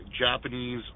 Japanese